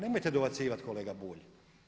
Nemojte dobacivati kolega Bulj!